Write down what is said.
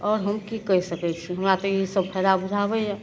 आओर हम कि कहि सकै छी हमरा तऽ ईसब फायदा बुझाबैए